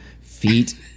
feet